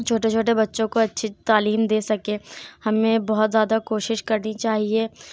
چھوٹے چھوٹے بچوں کو اچھی تعلیم دے سکیں ہمیں بہت زیادہ کوشش کرنی چاہیے